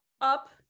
up